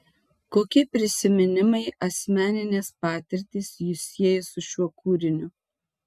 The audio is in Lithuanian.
kokie prisiminimai asmeninės patirtys jus sieja su šiuo kūriniu